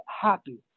happy